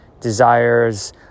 desires